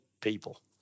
people